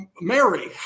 Mary